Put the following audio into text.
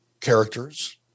characters